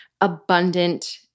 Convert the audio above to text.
abundant